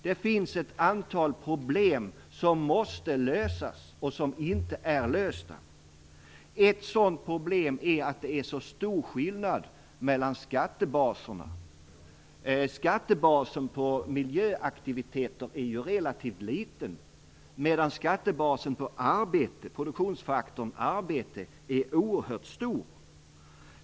Det finns ett antal problem som måste lösas och som inte har lösts. Ett sådant problem är att det är så stor skillnad mellan skattebaserna. Skattebasen för miljöaktiviteter är ju relativt liten medan skattebasen för produktionsfaktorn arbete är oerhört stor.